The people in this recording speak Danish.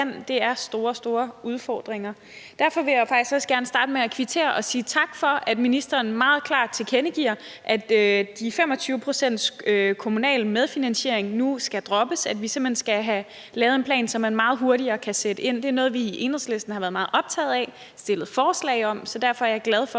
Det er store, store udfordringer. Derfor vil jeg faktisk også gerne starte med at kvittere for, at ministeren meget klart tilkendegiver, at de 25 pct.s kommunal medfinansiering nu skal droppes, og at vi simpelt hen skal have lavet en plan, så man meget hurtigere kan sætte ind. Det er noget, vi i Enhedslisten har været meget optaget af og har stillet forslag om, så derfor er jeg glad for,